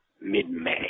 mid-May